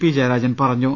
P Jayarajan പറഞ്ഞു